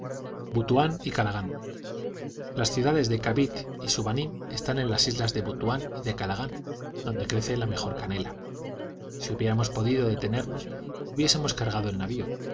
y calagán las ciudades de cavit y subanín están en las islas de butuán y de calagán donde crece la mejor canela si hubiéramos podido detenernos hubiésemos cargado el navio